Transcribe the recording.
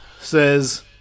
says